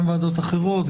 גם בוועדות אחרות,